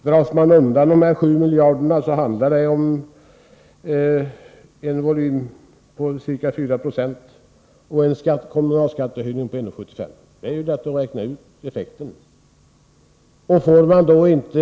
Drar man in dessa 7 miljarder kronor, innebär det en volymminskning på ca 4 976, vilket måste kompenseras med en kommunalskattehöjning på 1:75 kr. Det är lätt att räkna ut effekten av en indragning.